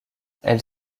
elle